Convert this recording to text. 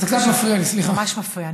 זה ממש מפריע.